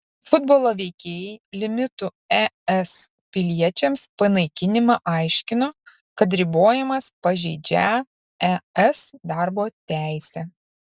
futbolo veikėjai limitų es piliečiams panaikinimą aiškino kad ribojimas pažeidžią es darbo teisę